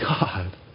God